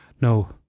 no